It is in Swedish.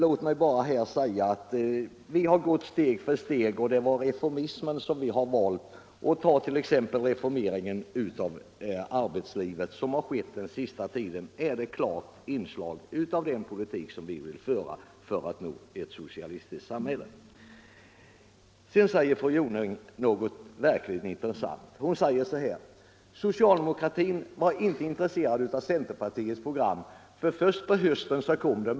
Låt mig emellertid bara säga att vi har valt reformismens väg, och på denna har vi gått steg för steg. Ta som exempel reformeringen av arbetslivet under den senaste tiden! Det är ett bra exempel på den typ av politik som vi vill föra för att nå ett socialistiskt samhälle. Fru Jonäng sade någonting verkligt intressant: Socialdemokratin var inte intresserad av centerpartiets program, och först på hösten kom man.